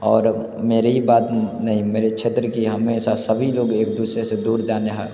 और मेरे ही बात नहीं मेरे क्षेत्र की हमेशा सभी लोग एक दूसरे से दूर जाने